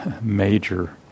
major